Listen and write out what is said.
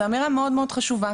זו אמירה מאד חשובה.